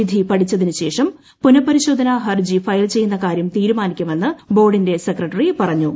വിധി പഠിച്ചതിനുശേഷം പുനപരിശോധനാ ഹർജി ഫയൽ ചെയ്യുന്ന കാര്യം തീരുമാനിക്കുമെന്ന് ബോർഡിന്റെ സെക്രട്ടറി സഫർയാബ് ജിലാനി പറഞ്ഞു